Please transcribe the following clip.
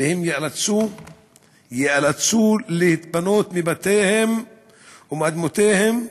והם ייאלצו להתפנות מבתיהם ומאדמותיהם,